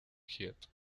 head